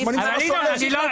השמנים זה משהו אחר.